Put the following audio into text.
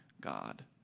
God